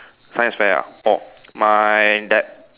science fair ah orh my that